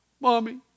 Mommy